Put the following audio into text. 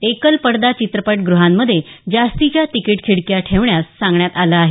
एकल पडदा चित्रपटगृहांमध्ये जास्तीच्या तिकीट खिडक्या ठेवण्यास सांगण्यात आलं आहे